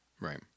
Right